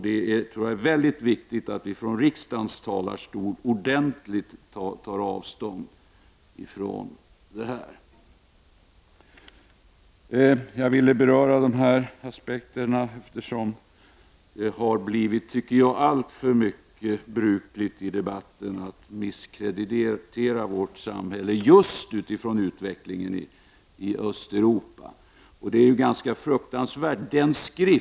Det är viktigt att vi från riksdagens talarstol eftertryckligt tar avstånd från sådana tendenser att misskreditera vårt samhälle just med utgångspunkt i utvecklingen i Östeuropa.